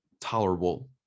tolerable